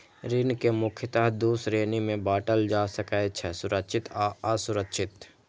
ऋण कें मुख्यतः दू श्रेणी मे बांटल जा सकै छै, सुरक्षित आ असुरक्षित